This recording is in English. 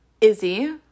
Izzy